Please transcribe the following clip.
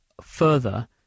further